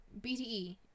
BTE